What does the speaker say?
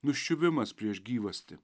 nuščiuvimas prieš gyvastį